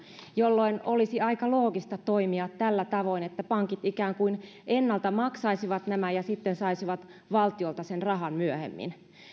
jolloin olisi aika loogista toimia tällä tavoin että pankit ikään kuin ennalta maksaisivat nämä ja sitten saisivat valtiolta sen rahan myöhemmin